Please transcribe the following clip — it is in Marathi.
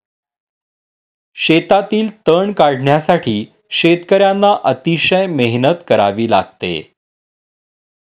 शेतातील तण काढण्यासाठी शेतकर्यांना अतिशय मेहनत करावी लागते